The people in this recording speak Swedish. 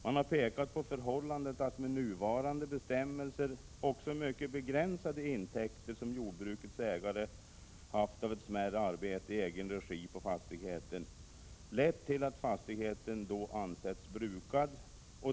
Man har pekat på förhållandet att också mycket begränsade intäkter som jordbrukets ägare haft av ett smärre arbete i egen regi på fastigheten med nuvarande bestämmelser har lett till att fastigheten ansetts brukad.